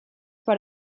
per